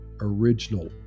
original